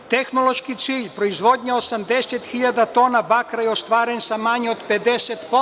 Tehnološki cilj proizvodnja 80 hiljada tona bakra je ostvaren sa manje od 50%